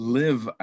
live